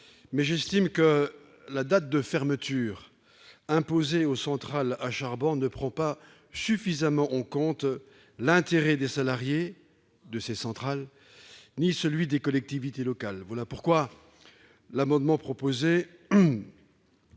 mais j'estime que la date de fermeture imposée aux centrales à charbon ne prend pas suffisamment en compte l'intérêt des salariés de ces centrales, ni celui des collectivités locales. Voilà pourquoi je propose,